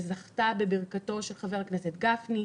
שזכתה בברכתו של חבר הכנסת גפני,